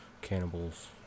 cannibals